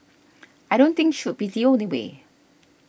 I don't think should be the only way